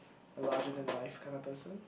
a larger than life kind of person